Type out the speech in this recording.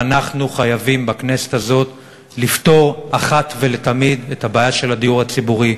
ואנחנו חייבים בכנסת הזאת לפתור אחת ולתמיד את הבעיה של הדיור הציבורי,